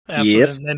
Yes